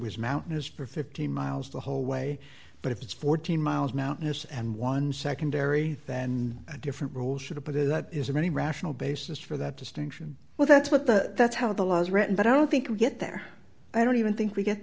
was mountainous for fifteen miles the whole way but if it's fourteen miles mountainous and one secondary then different rules should apply to that isn't any rational basis for that distinction well that's what the that's how the law is written but i don't think we get there i don't even think we get